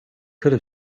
could